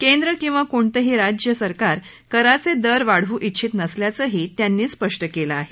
केंद्र किवा कोणतंही राज्य सरकार कराचे दर वाढवू इच्छित नसल्याचंही त्यांनी स्पष्ट केलं आहे